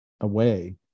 away